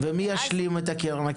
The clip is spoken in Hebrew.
ומי ישלים את הקרן?